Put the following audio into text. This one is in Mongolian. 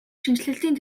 шинэчлэлийн